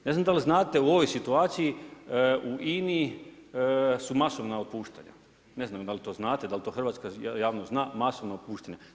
Ne znam da li znate u ovoj situaciji u INA-i su masovna otpuštanja, ne znam da li to znate, da li to hrvatska javnost zna masovno otpuštanje?